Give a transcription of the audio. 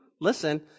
listen